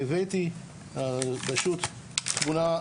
והבאתי תמונה,